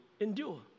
endure